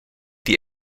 die